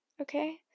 okay